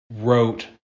wrote